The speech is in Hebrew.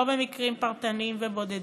לא במקרים פרטניים ובודדים.